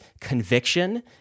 conviction